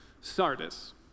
Sardis